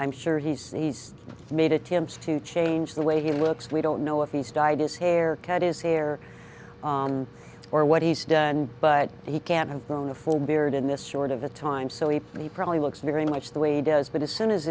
i'm sure he he's made attempts to change the way he looks we don't know if he's dyed his hair cut his hair or what he's done but he can't have grown a full beard in this short of a time so he probably looks very much the way he does but as soon as